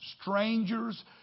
strangers